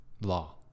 law